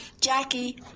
Jackie